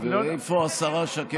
ואיפה השרה שקד?